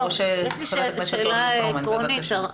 יש לי שאלה עקרונית.